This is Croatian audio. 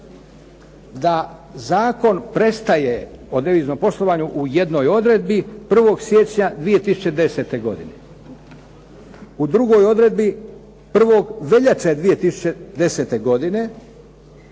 da Zakon prestaje o deviznom poslovanju u jednoj odredbi 1. siječnja 2010. godine. u drugoj odredbi 1. veljače 2010. godine